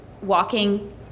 walking